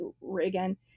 Reagan